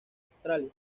australia